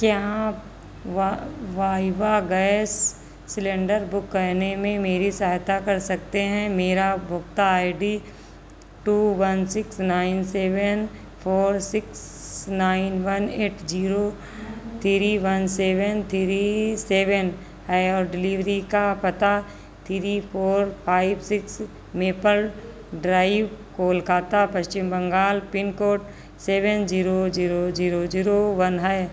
क्या आप वाइवा गैस सिलेंडर बुक करने में मेरी सहायता कर सकते हैं मेरा उपभोक्ता I D two one six nine seven four six nine one eight zero three one seven three seven है और डिलिवरी का पता three four five six Maple Drive Kolkata Paschim Bengal pin code seven zero zero zero zero one है